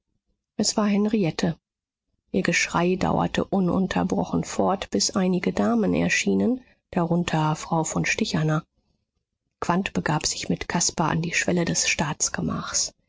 es war henriette ihr geschrei dauerte ununterbrochen fort bis einige damen erschienen darunter frau von stichaner quandt begab sich mit caspar an die schwelle des staatsgemachs